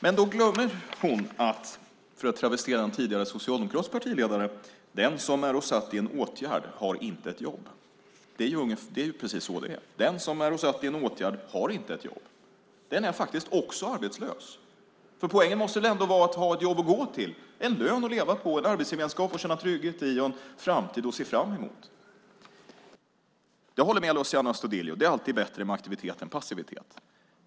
Men då glömmer hon - för att travestera en tidigare socialdemokratisk partiledare - att den som är satt i en åtgärd inte har ett jobb. Det är precis så det är. Den som är satt i en åtgärd har inte ett jobb. Den är faktiskt också arbetslös. Poängen måste ändå vara att man ska ha ett jobb att gå till, en lön att leva på, en arbetsgemenskap att känna trygghet i och en framtid att se fram emot. Jag håller med Luciano Astudillo; det är alltid bättre med aktivitet än passivitet.